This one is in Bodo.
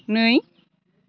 नै